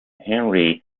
henri